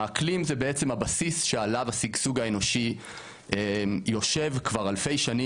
האקלים זה בעצם הבסיס שעליו השגשוג האנושי יושב כבר אלפי שנים,